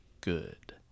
good